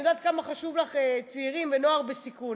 אני יודעת כמה חשובים לך צעירים ונוער בסיכון.